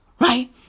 Right